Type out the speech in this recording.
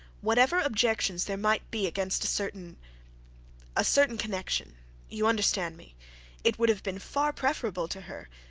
whatever objections there might be against a certain a certain connection you understand me it would have been far preferable to her,